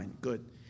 Good